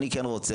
אני כן רוצה,